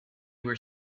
were